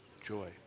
Joy